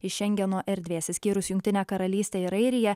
iš šengeno erdvės išskyrus jungtinę karalystę ir airiją